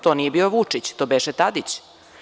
To nije bio Vučić, to beše Tadić.